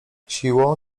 siłą